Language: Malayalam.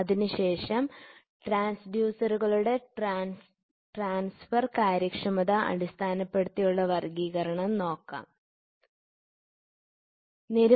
അതിനുശേഷം ട്രാൻസ്ഡ്യൂസറുകളുടെ ട്രാൻസ്ഫർ കാര്യക്ഷമത അടിസ്ഥാനപ്പെടുത്തി ഉള്ള വർഗ്ഗീകരണം നോക്കാം നമുക്ക്